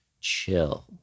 chill